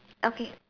okay